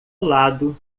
lado